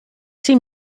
see